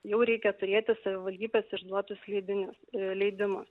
jau reikia turėti savivaldybės išduotus leidimus leidimus